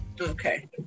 Okay